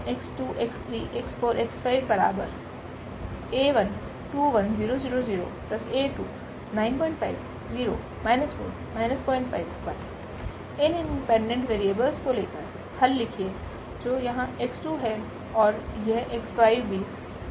इन independent variables को लेकर हललिखिएजो यहाँx2है और यह x5 भी